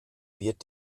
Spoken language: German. wird